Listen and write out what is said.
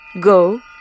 go